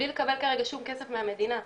בלי לקבל כרגע שום כסף מהמדינה.